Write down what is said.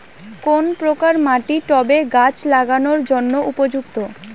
কোন প্রকার মাটি টবে গাছ লাগানোর জন্য উপযুক্ত?